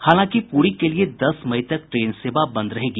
हालांकि पुरी के लिए दस मई तक ट्रेन सेवा बंद रहेगी